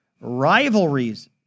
rivalries